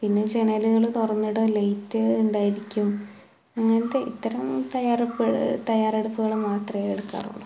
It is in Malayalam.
പിന്നെ ജനലുകൾ തുറന്നിടുക ലയ്റ്റ് ഉണ്ടായിരിക്കും അങ്ങനത്തെ ഇത്തരം തയ്യാറെടുപ്പ് തയ്യാറെടുപ്പുകൾ മാത്രമേ എടുക്കാറുള്ളു